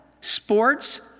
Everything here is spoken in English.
sports